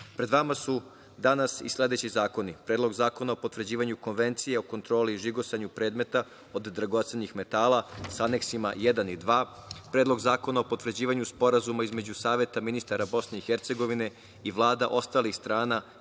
vama su danas i sledeći zakoni: Predlog zakona o potvrđivanju Konvencije o kontroli i žigosanju predmeta od dragocenih metala, sa aneksima I i II, Predlog zakona o potvrđivanju Sporazuma između Saveta ministara Bosne i Hercegovine i vlada ostalih strana